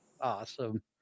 Awesome